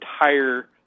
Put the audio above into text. entire